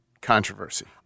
controversy